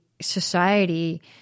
society